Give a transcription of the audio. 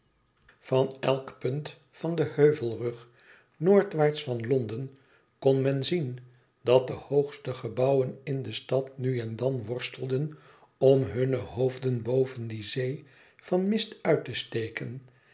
van elk punt van den heuvelrug noordwaarts van londen kon men zien dat de hoogste gebouwen in de stad nu en dan worstelden om hunne hoofden boven die zee van mist uit te steken